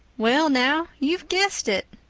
well now, you've guessed it!